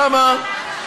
למה?